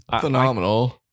phenomenal